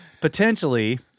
Potentially